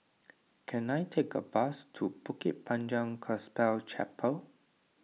can I take a bus to Bukit Panjang Gospel Chapel